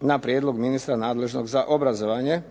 na prijedlog ministra nadležnog za obrazovanje.